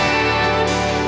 and